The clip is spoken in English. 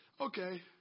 okay